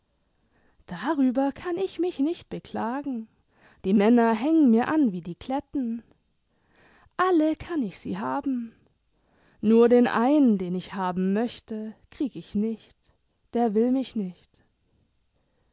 darüber kann ich mich nicht beklagen die männer hängen mir an wie die kletten alle kann ich sie haben nur den einen den ich haben möchte krieg ich nicht der will mich nicht